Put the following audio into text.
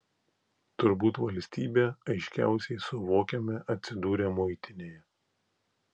turbūt valstybę aiškiausiai suvokiame atsidūrę muitinėje